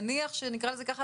נניח שנקרא לזה ככה,